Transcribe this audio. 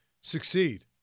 succeed